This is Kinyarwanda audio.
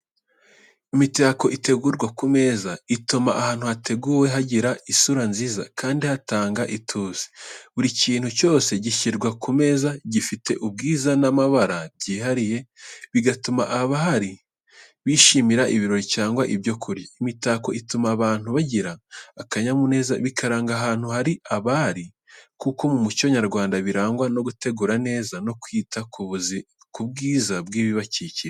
Imitako itegurwa ku meza, ituma ahantu yateguwe hagira isura nziza kandi hatanga ituze. Buri kintu cyose gishyirwa ku meza gifite ubwiza n’amabara byihariye, bigatuma abahari bishimira ibirori cyangwa ibyo kurya. Imitako ituma abantu bagira akanyamuneza, bikaranga ahantu hari abari, kuko mu muco nyarwanda barangwa no gutegura neza no kwita ku bwiza bw’ibibakikije.